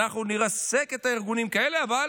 אנחנו נרסק את הארגונים האלה, אבל